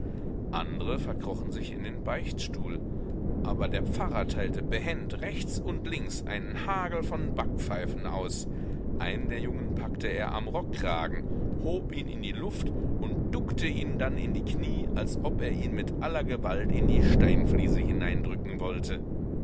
andre verkrochen sich in den beichtstuhl aber der pfarrer teilte behend rechts und links einen hagel von backpfeifen aus einen der jungen packte er am rockkragen hob ihn in die luft und duckte ihn dann in die knie als ob er ihn mit aller gewalt in die steinfliese hineindrücken wollte